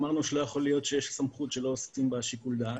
אמרנו שלא יכול להיות שיש סמכות שלא עושים בה שיקול דעת.